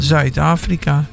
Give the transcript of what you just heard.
Zuid-Afrika